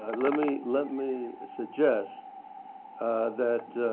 ah let me let me suggest that